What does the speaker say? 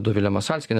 dovilė masalskienė